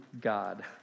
God